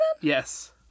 Yes